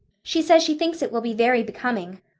she says she thinks it will be very becoming.